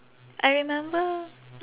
I remember